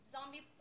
Zombie